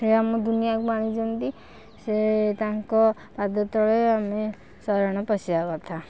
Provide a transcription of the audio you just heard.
ସେ ଆମକୁ ଦୁନିଆକୁ ଆଣିଛନ୍ତି ସେ ତାଙ୍କ ପାଦତଳେ ଆମେ ଶରଣ ପଶିବା କଥା